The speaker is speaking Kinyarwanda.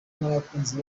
n’abakunzi